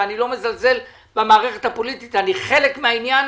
ואני לא מזלזל בנושא המערכת הפוליטית אני חלק מזה,